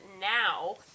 now